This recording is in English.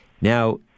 Now